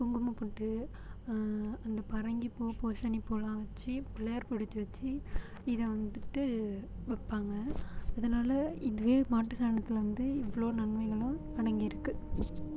குங்கும பொட்டு அந்த பரங்கிப்பூ பூசணிப்பூ எல்லாம் வச்சு பிள்ளையார் பிடிச்சி வச்சு இதை வந்துட்டு வைப்பாங்க அதனால இதுவே மாட்டு சாணத்தில் வந்து இவ்வளோ நன்மைகளும் அடங்கிருக்குது